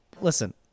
Listen